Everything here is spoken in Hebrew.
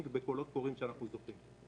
כשנכנסתי לתפקיד,